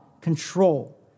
control